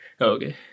Okay